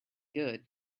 good